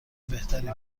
بهتری